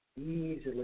easily